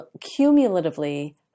cumulatively